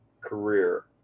career